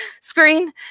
screen